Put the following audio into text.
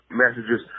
messages